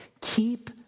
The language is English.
keep